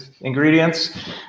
ingredients